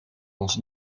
ons